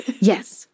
Yes